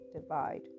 divide